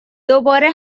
دوباره